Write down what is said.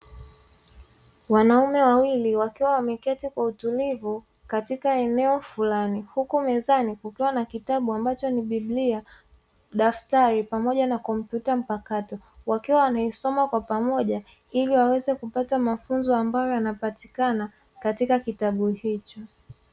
Wanaume wawili wakiwa wameketi kwa utulivu katika eneo fulani, huku mezani kukiwa na kitabu ambacho ni: Biblia, daftari pamoja na kompyuta mpakato. Wakiwa wanaisoma kwa pamoja, ili waweze kupata mafunzo ambayo yanapatikana katika kitabu hicho.